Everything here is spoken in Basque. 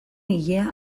ilea